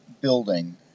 building